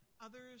Others